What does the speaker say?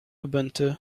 ubuntu